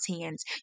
hands